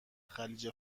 خلیج